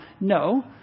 No